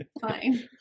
fine